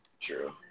True